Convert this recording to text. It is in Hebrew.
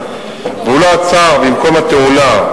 והוא לא עצר במקום התאונה,